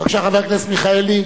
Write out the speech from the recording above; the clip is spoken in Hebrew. בבקשה, חבר הכנסת מיכאלי.